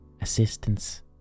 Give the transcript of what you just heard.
assistance